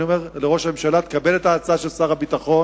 אני אומר לראש הממשלה: תקבל את ההצעה של שר הביטחון